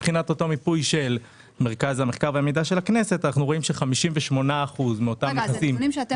אנחנו רואים שכ-58% מאותם נכסים --- הנתונים שאתם